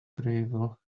gravel